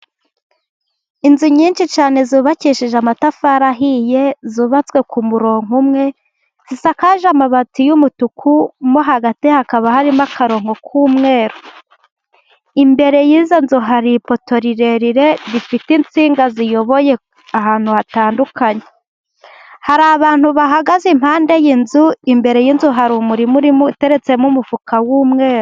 Inzu nyinshi cyane zubakishije amatafari ahiye. Zubatswe ku murongo umwe, zisakaje amabati y'umutuku, mo hagati hakaba harimo akarongo k'umweru. Imbere y'izo nzu hari ipoto ndende ifite insinga ziyoboye ahantu hatandukanye. Hari abantu bahagaze impande y'inzu, imbere y'inzu hari umurima urimo uteretsemo umufuka w'umweru.